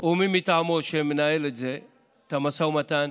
ומי מטעמו שמנהל את זה, את המשא ומתן: